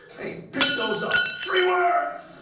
hey, pick those up. three words!